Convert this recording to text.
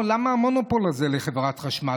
למה המונופול הזה לחברת חשמל?